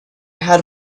had